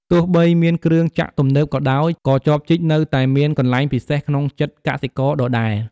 ទោះបីមានគ្រឿងចក្រទំនើបក៏ដោយ ក៏ចបជីកនៅតែមានកន្លែងពិសេសក្នុងចិត្តកសិករដដែល។